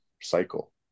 cycle